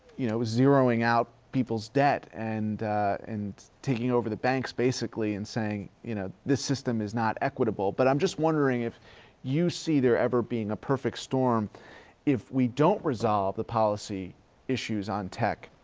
you know, it was zeroing out people's debt and and taking over the banks basically and saying, you know, this system is not equitable, but i'm just wondering if you see there ever being a perfect storm if we don't resolve the policy issues on tech,